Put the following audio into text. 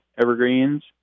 evergreens